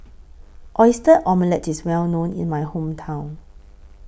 Oyster Omelette IS Well known in My Hometown